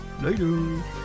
Later